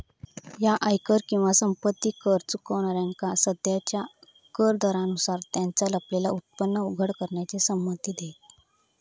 ह्या आयकर किंवा संपत्ती कर चुकवणाऱ्यांका सध्याच्या कर दरांनुसार त्यांचा लपलेला उत्पन्न उघड करण्याची संमती देईत